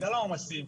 בגלל העומסים,